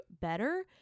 better